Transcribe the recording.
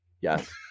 Yes